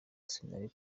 sinari